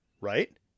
Right